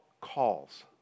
Calls